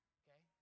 okay